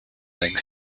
laying